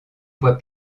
voies